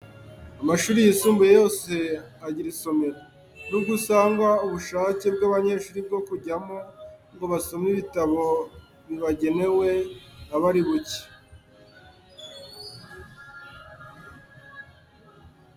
Amashuri yisumbuye yose agira isomero, nubwo usanga ubushake bw’abanyeshuri bwo kujyamo ngo basome ibitabo bibagenewe buba ari buke.